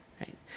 right